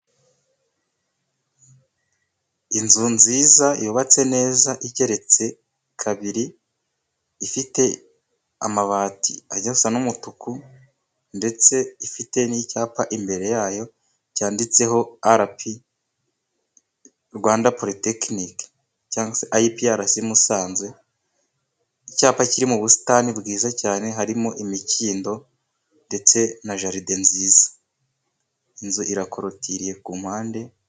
Inzu nziza yubatse neza igeretse kabiri ifite amabati ajya gusa n'umutuku, ndetse ifite n'icyapa imbere yayo cyanditseho Arapi Rwanda Politekinike cyangwa Ayipi Alasi Musanze. Icyapa kiri mu busitani bwiza cyane harimo imikindo ndetse na jaride nziza, inzu irakorotiriye ku mpande...